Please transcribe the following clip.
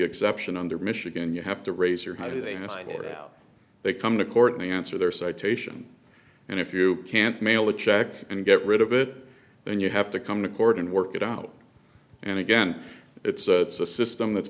exception under michigan you have to raise your height and sign or they come to court the answer there citation and if you can't mail a check and get rid of it then you have to come to court and work it out and again it's a system that's